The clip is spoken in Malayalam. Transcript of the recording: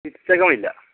പിച്ചകം ഇല്ല